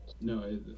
No